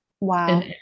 Wow